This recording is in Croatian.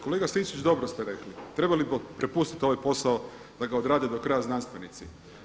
Kolega Sinčić, dobro ste rekli, treba prepustiti ovaj posao da ga odrade do kraja znanstvenici.